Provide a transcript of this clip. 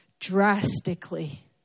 Drastically